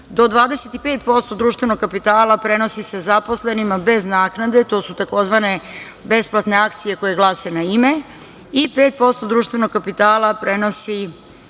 do 25% društvenog kapitala prenosi se zaposlenima bez naknade, to su tzv. besplatne akcije koje glase na ime, i 5% društvenog kapitala prenosi